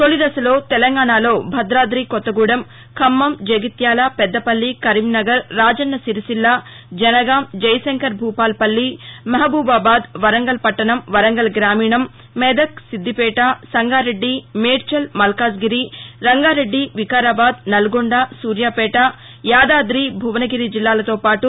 తొలిదశలో తెలంగాణలో భదాది కొత్తగూడెం ఖమ్మం జగిత్యాల పెద్దపల్లి కరీంనగర్ రాజన్నసిరిసిల్ల జనగాం జయశంకర్ భూపాల్పల్లి మహబూబాబాద్ వరంగల్ పట్టణం వరంగల్ గ్రామీణం మెదక్ సిద్దిపేట సంగారెడ్ది మేడ్చల్ మల్కాజిగిరి రంగారెడ్డి వికారాబాద్ నల్గొండ సూర్యాపేట యాదాది భువనగిరి జిల్లాలతో పాటు